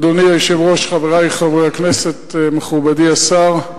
אדוני היושב-ראש, חברי חברי הכנסת, מכובדי השר,